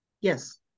Yes